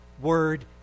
Word